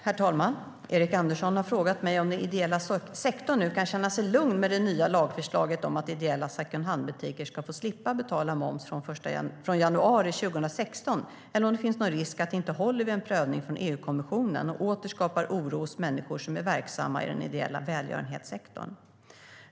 Herr talman! Erik Andersson har frågat mig om den ideella sektorn nu kan känna sig lugn med det nya lagförslaget om att ideella secondhandbutiker ska få slippa betala moms från januari 2016 eller om det finns någon risk att det inte håller vid en prövning från EU-kommissionen och att detta åter skapar oro hos människor som är verksamma i den ideella välgörenhetssektorn.